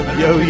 yo